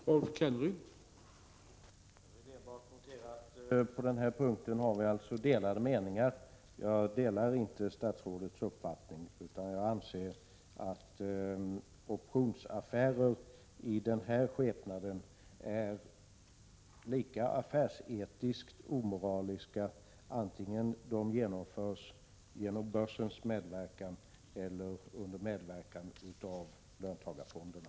Herr talman! Jag vill endast notera att vi på den här punkten har skilda meningar. Jag delar inte statsrådets uppfattning, utan jag anser att optionsaffärer i den här skepnaden är lika affärsetiskt omoraliska vare sig de genomförs med börsens hjälp eller under medverkan av löntagarfonderna.